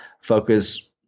focus